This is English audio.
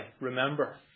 remember